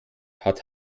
hat